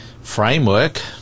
framework